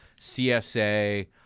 CSA